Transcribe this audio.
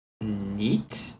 Neat